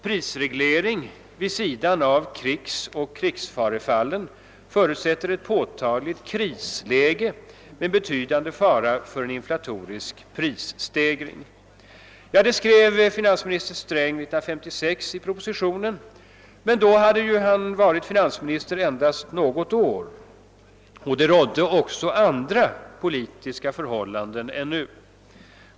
»Prisreglering vid sidan av krigsoch krigsfarefallen förutsätter ett påtagligt krisläge med betydande fara för en inflatorisk prisstegring.« Detta skrev finansminister Gunnar Sträng 1956 i propositionen. Men då hade han varit finansminister endast något år, och det rådde också andra politiska förhållanden än nu.